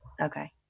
Okay